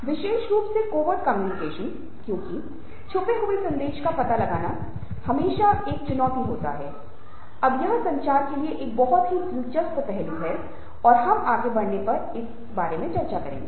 विशेष रूप से covert communication क्योंकि छुपे हुए सन्देश का पता लगाना हमेशा एक चुनौती होती है अब यह संचार के लिए एक बहुत ही दिलचस्प पहलू है और हम आगे बढ़ने पर इसमें से कुछ पर चर्चा करेंगे